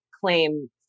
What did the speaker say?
claim